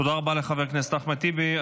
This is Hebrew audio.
תודה רבה לחבר הכנסת טיבי.